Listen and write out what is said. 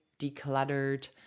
decluttered